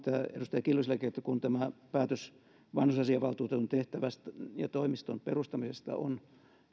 edustaja kiljusellakin kun tämä päätös vanhusasiavaltuutetun tehtävästä ja toimiston perustamisesta on